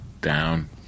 down –